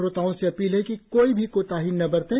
श्रोताओं से अपील है कि कोई भी कोताही न बरतें